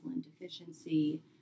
deficiency